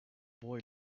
boy